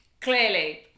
Clearly